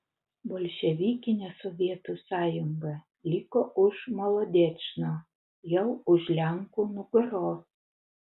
bolševikinė sovietų sąjunga liko už molodečno jau už lenkų nugaros